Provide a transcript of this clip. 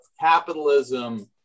capitalism